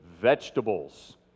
vegetables